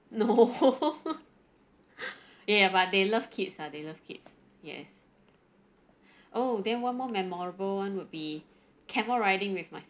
no ya but they love kids ah they love kids yes oh then one more memorable [one] would be camel riding with my